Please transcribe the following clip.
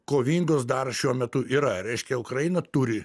kovingos dar šiuo metu yra reiškia ukraina turi